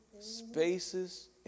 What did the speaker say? spaces